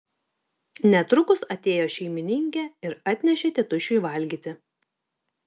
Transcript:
netrukus atėjo šeimininkė ir atnešė tėtušiui valgyti